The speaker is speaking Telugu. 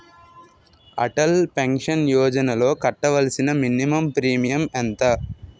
అటల్ పెన్షన్ యోజనలో కట్టవలసిన మినిమం ప్రీమియం ఎంత?